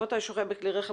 אם אתה שוהה בכלי רכב,